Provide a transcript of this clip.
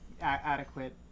adequate